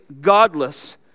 godless